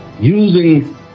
Using